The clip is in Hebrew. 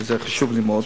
זה חשוב לי מאוד.